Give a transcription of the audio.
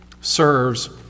serves